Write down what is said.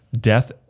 death